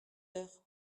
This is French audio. heures